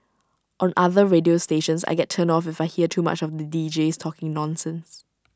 on other radio stations I get turned off if I hear too much of the Deejays talking nonsense